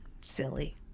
silly